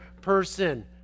person